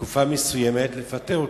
בתקופה מסוימת, לפטר אותו.